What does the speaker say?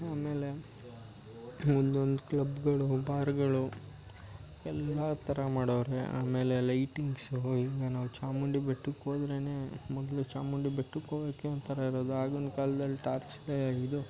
ಆಮೇಲೆ ಒಂದೊಂದು ಕ್ಲಬ್ಬುಗಳು ಬಾರುಗಳು ಎಲ್ಲ ಥರ ಮಾಡವರೆ ಆಮೇಲೆ ಲೈಟಿಂಗ್ಸು ಈಗ ನಾವು ಚಾಮುಂಡಿ ಬೆಟ್ಟಕ್ಕೆ ಹೋದ್ರೇ ಮೊದಲು ಚಾಮುಂಡಿ ಬೆಟ್ಟಕ್ಕೆ ಹೋಗೋಕೆ ಒಂಥರ ಇರೋದು ಆಗಿನ ಕಾಲ್ದಲ್ಲಿ ಟಾರ್ಚ್ ಲೆ ಇದು